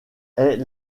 est